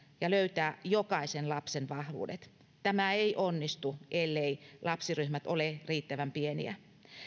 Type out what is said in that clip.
ja löytää jokaisen lapsen vahvuudet tämä ei onnistu elleivät lapsiryhmät ole riittävän pieniä